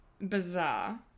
bizarre